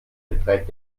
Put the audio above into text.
beträgt